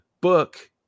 book